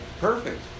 perfect